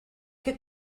qué